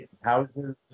Houses